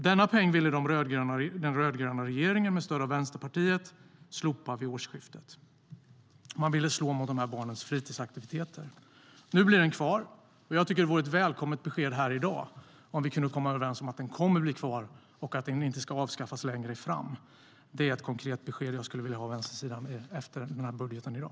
Denna peng ville den rödgröna regeringen med stöd av Vänsterpartiet slopa vid årsskiftet. De ville slå mot de här barnens fritidsaktiviteter. Nu blir den kvar. Och det vore ett välkommet besked här i dag om vi skulle kunna komma överens om att den kommer att bli kvar och att den inte ska avskaffas längre fram. Det är ett konkret besked som jag skulle vilja ha av vänstersidan efter budgetdiskussionen i dag.